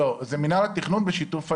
זה מינהל התכנון בשיתוף העירייה.